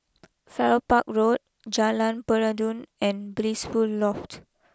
Farrer Park Road Jalan Peradun and Blissful Loft